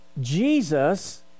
Jesus